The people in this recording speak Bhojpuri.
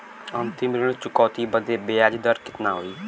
अंतिम ऋण चुकौती बदे ब्याज दर कितना होई?